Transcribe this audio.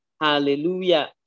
Hallelujah